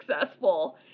successful